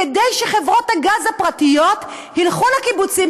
כדי שחברות הגז הפרטיות ילכו לקיבוצים,